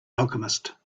alchemist